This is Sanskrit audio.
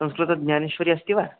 संस्कृतज्ञानेश्वरी अस्ति वा